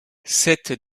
cette